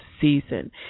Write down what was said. season